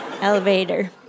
elevator